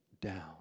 down